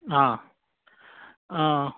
आं आं